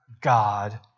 God